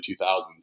2000s